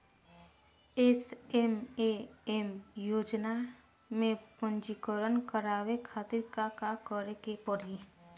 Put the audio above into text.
SMAM योजना में पंजीकरण करावे खातिर का का करे के पड़ी?